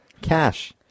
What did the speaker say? cash